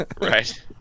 Right